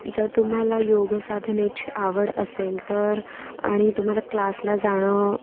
जर तुम्हाला योग साधनेची आवड असेल तर आणि तुम्हाला क्लासला जाणं